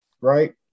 right